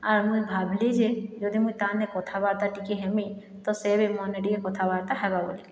ଆର୍ ମୁଇଁ ଭାବିଲି ଯେ ଯଦି ମୁଇଁ ତାନେ କଥାବାର୍ତ୍ତା ଟିକେ ହେମି ତ ସେ ବି ମୋ ନେ ଟିକେ କଥାବାର୍ତ୍ତା ହେବା ବୋଲିକି